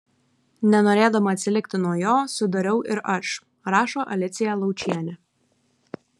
nenorėdama atsilikti nuo jo sudariau ir aš rašo alicija laučienė